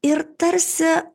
ir tarsi